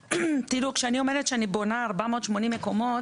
תראו, כשאני אומרת שאני בונה 480 מקומות,